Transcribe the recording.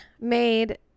made